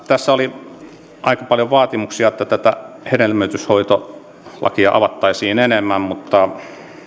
tässä oli aika paljon vaatimuksia että tätä hedelmöityshoitolakia avattaisiin enemmän mutta